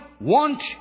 want